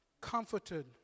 comforted